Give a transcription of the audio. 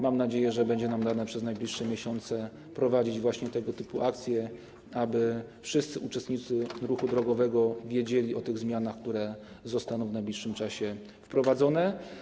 Mam nadzieję, że będzie nam dane przez najbliższe miesiące prowadzić właśnie tego typu akcje, tak aby wszyscy uczestnicy ruchu drogowego wiedzieli o tych zmianach, które zostaną w najbliższym czasie wprowadzone.